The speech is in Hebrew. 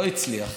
לא הצליח.